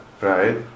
Right